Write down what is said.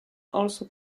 also